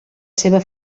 seva